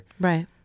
right